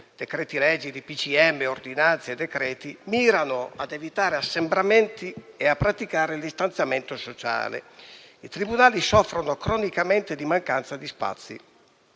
(decreti-legge, DPCM, ordinanze e decreti) mirano ad evitare assembramenti e a praticare il distanziamento sociale. I tribunali soffrono cronicamente di mancanza di spazi.